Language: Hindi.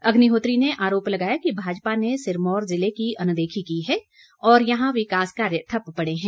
अग्निहोत्री ने आरोप लगाया कि भाजपा ने सिरमौर जिले की अनदेखी की है और यहां विकास कार्य ठप्प पड़े हैं